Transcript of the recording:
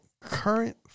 current